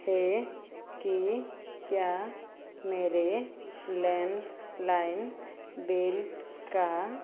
है कि क्या मेरे लैंडलाइन बिल का